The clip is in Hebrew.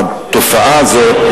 התופעה הזאת,